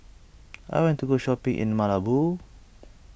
I want to go shopping in Malabo